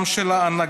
גם של ההנהגה,